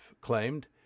claimed